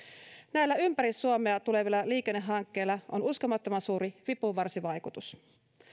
näillä ympäri suomea tulevilla liikennehankkeilla on uskomattoman suuri vipuvarsivaikutus